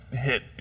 hit